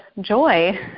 joy